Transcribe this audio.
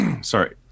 Sorry